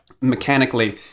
mechanically